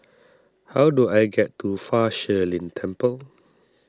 how do I get to Fa Shi Lin Temple